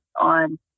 on